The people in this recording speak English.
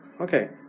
Okay